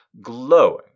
glowing